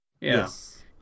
Yes